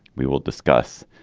we will discuss.